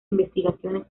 investigaciones